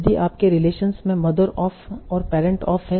यदि आपके रिलेशनस में मदर ऑफ और पेरेंट्स ऑफ हैं